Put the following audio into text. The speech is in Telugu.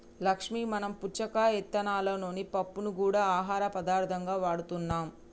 లక్ష్మీ మనం పుచ్చకాయ ఇత్తనాలలోని పప్పుని గూడా ఆహార పదార్థంగా వాడుతున్నాం